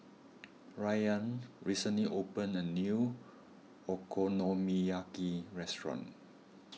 Ryann recently opened a new Okonomiyaki restaurant